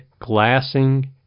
glassing